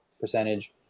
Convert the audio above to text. percentage